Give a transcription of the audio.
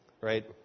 right